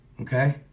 Okay